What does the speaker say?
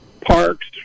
parks